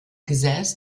gesäß